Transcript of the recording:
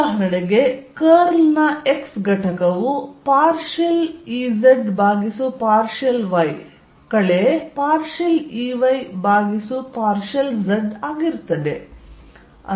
ಉದಾಹರಣೆಗೆ ಕರ್ಲ್ ನ x ಘಟಕವು ಪಾರ್ಷಿಯಲ್ Ez ಭಾಗಿಸು ಪಾರ್ಷಿಯಲ್ y ಕಳೆ ಪಾರ್ಷಿಯಲ್ Ey ಭಾಗಿಸು ಪಾರ್ಷಿಯಲ್ z ಆಗಿರುತ್ತದೆ